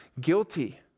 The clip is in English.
guilty